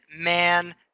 man